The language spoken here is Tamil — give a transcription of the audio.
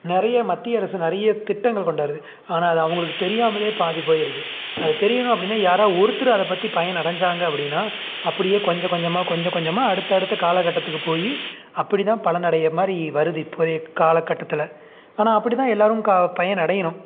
நிறைய மத்திய அரசு நிறைய திட்டங்கள் கொண்டாருது ஆனால் அது அவங்களுக்கு தெரியாமலே பாதி போயிடுது அது தெரியணும் அப்படின்னா யாராக ஒருத்தர் அதைப் பற்றி பயன் அடைஞ்சாங்க அப்படின்னா அப்படியே கொஞ்சம் கொஞ்சமாக கொஞ்சம் கொஞ்சமாக அடுத்தடுத்த காலகட்டத்துக்கு போய் அப்படிதான் பலனடைகிற மாதிரி வருது இப்போதைய காலகட்டத்தில் ஆனால் அப்படிதான் எல்லாேரும் பயனடையணும்